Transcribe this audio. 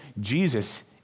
Jesus